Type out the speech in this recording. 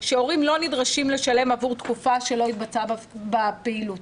שהורים לא נדרשים לשלם עבור תקופה שלא התבצעה בה בפעילות,